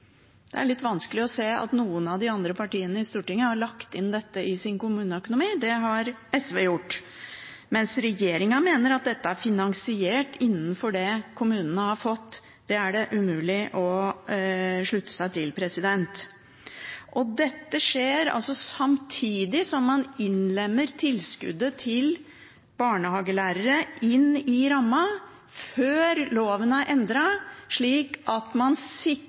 Det er litt vanskelig å se at noen av de andre partiene i Stortinget har lagt inn dette i sin kommuneøkonomi. Det har SV gjort. Regjeringen mener at dette er finansiert innenfor det kommunene har fått, men det er det umulig å slutte seg til. Dette skjer altså samtidig som man innlemmer tilskuddet til barnehagelærere i rammen, før loven er endret slik at man